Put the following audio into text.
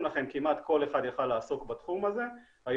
לכן כמעט כל אחד יכול היה לעסוק בתחום הזה היום